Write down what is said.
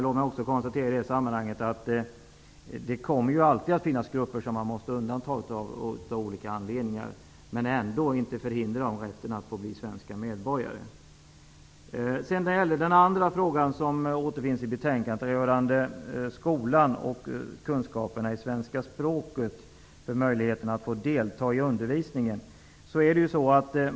Låt mig också konstatera att det alltid kommer att finnas grupper som måste undantas av olika anledningar, men vi skall ändå inte förhindra dem rätten att bli svenska medborgare. Den andra frågan som behandlas i betänkandet rör kunskaperna i svenska språket som ett krav för möjligheten att delta i undervisning i skolan.